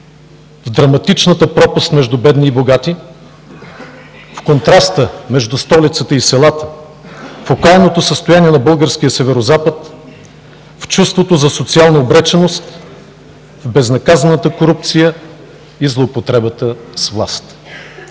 в драматичната пропаст между бедни и богати, в контраста между столицата и селата, в окаяното състояние на българския Северозапад, в чувството за социална обреченост, безнаказаната корупция и злоупотребата с власт.